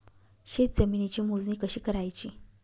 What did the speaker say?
शेत जमिनीची मोजणी कशी करायची?